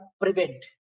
prevent